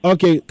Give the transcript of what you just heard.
Okay